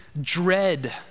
dread